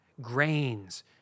Grains